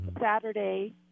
Saturday